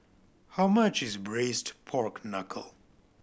how much is Braised Pork Knuckle